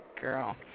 girl